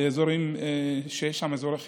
באזורים שהם אזורי חיכוך.